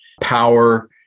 power